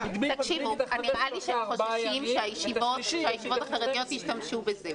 נראה שהם חוששים שהישיבות החרדיות ישתמשו בזה,